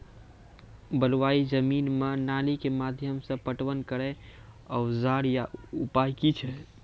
बलूआही जमीन मे नाली के माध्यम से पटवन करै औजार या उपाय की छै?